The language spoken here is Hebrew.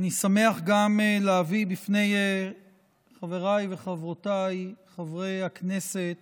אני שמח גם להביא בפני חבריי וחברותיי חברי הכנסת